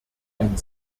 ein